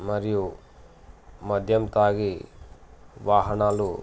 మరియు మద్యం తాగి వాహనాలు